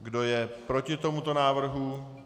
Kdo je proti tomuto návrhu?